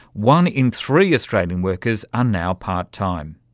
one in three australian workers are now part-time,